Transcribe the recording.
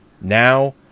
now